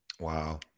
Wow